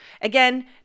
Again